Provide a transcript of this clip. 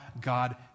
God